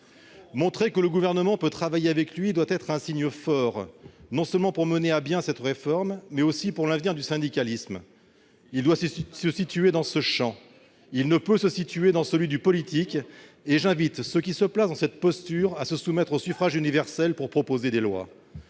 Montrer que le Gouvernement peut travailler avec lui doit constituer un signal fort, non seulement pour mener à bien cette réforme, mais aussi pour préserver l'avenir du syndicalisme. C'est dans ce champ qu'il faut se situer, et non dans celui du politique. J'invite ceux qui se placent dans cette posture à se soumettre au suffrage universel et, ensuite, à proposer des lois.